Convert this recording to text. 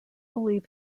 believe